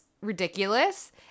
ridiculous